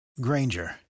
Granger